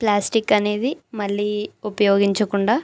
plastic అనేది మళ్ళీ ఉపయోగించకుండా